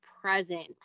present